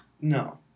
No